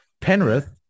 Penrith